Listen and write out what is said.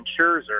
Scherzer